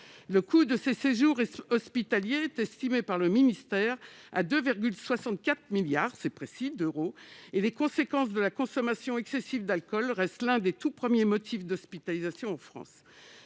Le coût de ces séjours hospitaliers est estimé, par le ministère, à 2,64 milliards d'euros- c'est précis -, et les conséquences de la consommation excessive d'alcool restent l'un des tout premiers motifs d'hospitalisation en France.